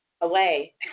away